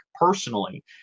personally